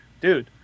dude